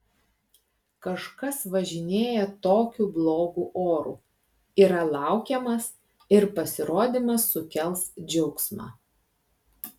kažkas važinėja tokiu blogu oru yra laukiamas ir pasirodymas sukels džiaugsmą